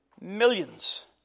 millions